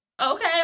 Okay